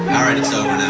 alright it's over